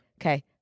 Okay